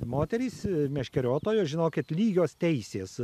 moterys meškeriotojos žinokit lygios teisės